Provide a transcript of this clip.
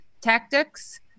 tactics